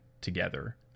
together